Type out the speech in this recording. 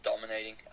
dominating